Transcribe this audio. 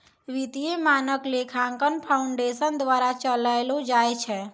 वित्तीय मानक लेखांकन फाउंडेशन द्वारा चलैलो जाय छै